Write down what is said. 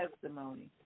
testimony